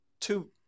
two